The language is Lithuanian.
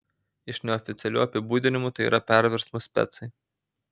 iš neoficialių apibūdinimų tai yra perversmų specai